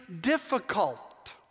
difficult